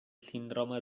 síndrome